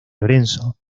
lorenzo